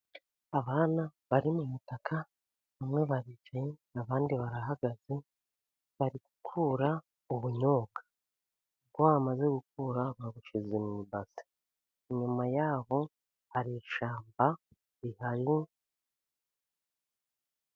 Abana bari mu mutaka, bamwe baricaye abandi barahagaze, bari gukura ubunyobwa. Ubwo bamaze gukura babishyize mu base. Inyuma yabo hari ishyamba...